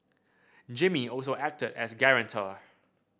Jimmy also acted as guarantor